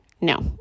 No